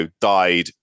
died